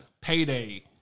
payday